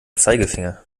zeigefinger